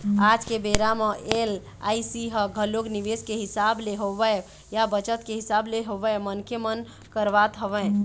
आज के बेरा म एल.आई.सी ह घलोक निवेस के हिसाब ले होवय या बचत के हिसाब ले होवय मनखे मन करवात हवँय